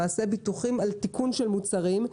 למעשה ביטוחים על תיקון של מוצרים.